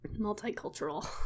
multicultural